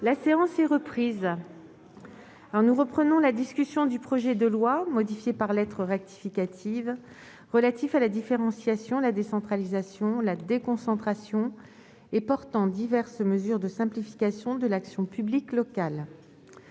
La séance est reprise. Nous reprenons la discussion du projet de loi, modifié par lettre rectificative, relatif à la différenciation, la décentralisation, la déconcentration et portant diverses mesures de simplification de l'action publique locale.